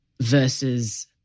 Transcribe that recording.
versus